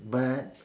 but